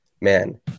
man